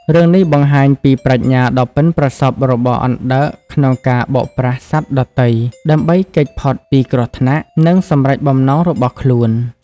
រឿងនេះបង្ហាញពីប្រាជ្ញាដ៏ប៉ិនប្រសប់របស់អណ្ដើកក្នុងការបោកប្រាស់សត្វដទៃ ដើម្បីគេចផុតពីគ្រោះថ្នាក់ និងសម្រេចបំណងរបស់ខ្លួន។